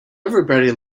everybody